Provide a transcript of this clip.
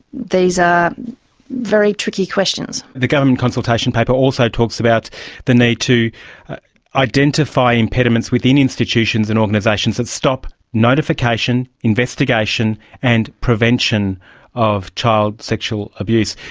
these are very tricky questions. the government consultation paper also talks about the need to identify impediments within institutions and organisations that stop notification, investigation and prevention of child sexual abuse.